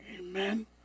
Amen